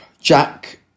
Jack